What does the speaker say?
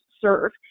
serve